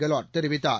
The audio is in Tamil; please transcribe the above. கேலாட் தெரிவித்தார்